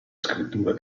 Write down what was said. scrittura